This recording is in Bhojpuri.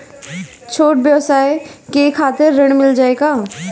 छोट ब्योसाय के खातिर ऋण मिल जाए का?